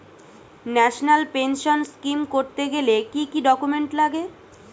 National pension scheme করতে গেলে কি কি ডকুমেন্ট লাগে?